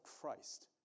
Christ